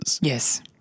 Yes